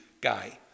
guy